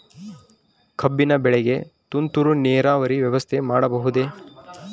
ಕಬ್ಬಿನ ಬೆಳೆಗೆ ತುಂತುರು ನೇರಾವರಿ ವ್ಯವಸ್ಥೆ ಮಾಡಬಹುದೇ?